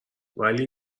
ولی